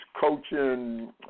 coaching